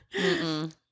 -mm